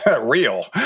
Real